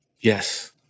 Yes